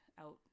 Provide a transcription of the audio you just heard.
out